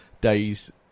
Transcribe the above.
days